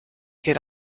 get